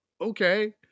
Okay